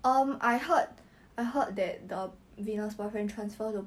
ya then after that um